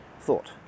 thought